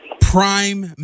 Prime